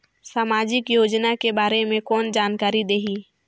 समाजिक योजना के बारे मे कोन जानकारी देही?